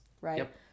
Right